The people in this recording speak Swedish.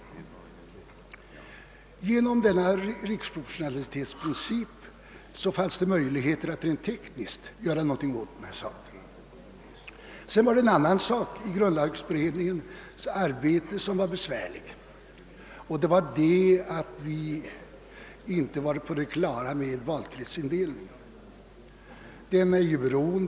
Genom = riksproportionalitetsprincipen fanns det möjligheter att rent tekniskt göra någonting åt dessa förhållanden. En annan sak som var besvärlig i grundlagberedningens arbete var att vi inte var på det klara med hur valkretsindelningen skulle utformas.